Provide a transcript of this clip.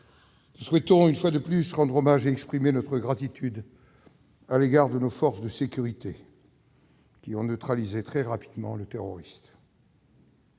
je souhaite une fois de plus rendre hommage et exprimer notre gratitude à nos forces de sécurité, qui ont neutralisé très rapidement le terroriste.